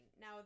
now